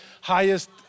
highest